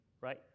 right